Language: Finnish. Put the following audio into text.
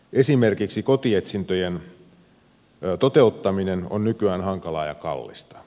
esimerkiksi kotietsintöjen toteuttaminen on nykyään hankalaa ja kallista